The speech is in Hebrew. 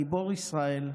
גיבור ישראל,